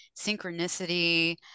synchronicity